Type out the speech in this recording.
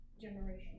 generation